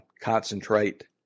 concentrate